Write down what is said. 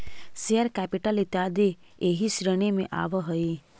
share capital इत्यादि एही श्रेणी में आवऽ हई